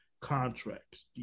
contracts